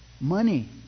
Money